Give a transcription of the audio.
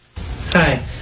hi